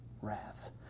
wrath